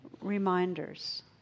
reminders